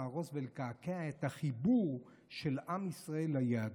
להרוס ולקעקע את החיבור של עם ישראל ליהדות.